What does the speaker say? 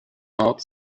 art